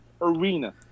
arena